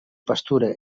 pastura